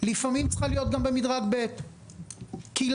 לפעמים צריכה להיות גם במדרג ב', למה?